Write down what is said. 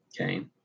okay